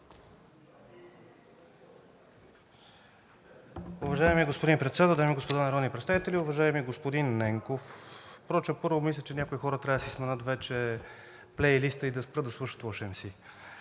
Уважаеми господин Председател, дами и господа народни представители! Уважаеми господин Ненков, впрочем, първо, мисля, че някои хора трябва да си сменят вече плейлиста и да спрат да слушат Wosh MC.